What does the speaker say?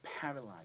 paralyzed